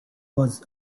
was